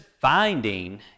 finding